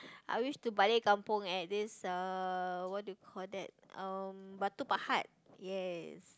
I wish to blaik kampung at this uh what do you call that um Batu-Pahat yes